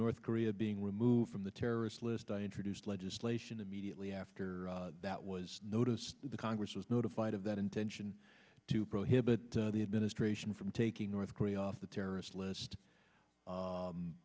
north korea being removed from the terrorist list i introduced legislation immediately after that was noticed the congress was notified of that intention to prohibit the administration from taking north korea off the terrorist list